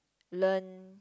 learn